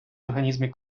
організмі